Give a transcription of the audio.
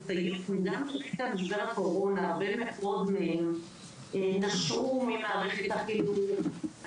בגלל משבר הקורונה הרבה מאוד מהם נשרו ממערכת החינוך,